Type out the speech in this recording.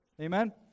Amen